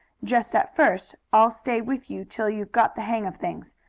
just at first i'll stay with you till you've got the hang of things.